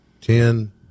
ten